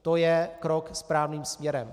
To je krok správným směrem.